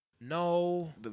No